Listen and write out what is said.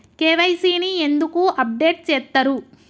KYC ని ఎందుకు update చేత్తరు?